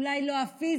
אולי לא הפיזי,